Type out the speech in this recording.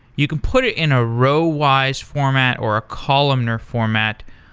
you could put it in a row-wise format, or a columnar format.